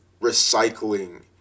recycling